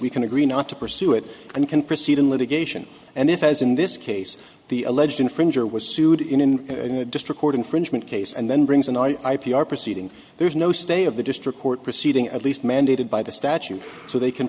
we can agree not to pursue it and we can proceed in litigation and if as in this case the alleged infringer was sued in in in a district court infringement case and then brings in i p r proceeding there's no stay of the district court proceeding at least mandated by the statute so they can